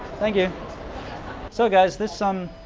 thank you so guys this son